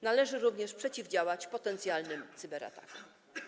Należy również przeciwdziałać potencjalnym cyberatakom.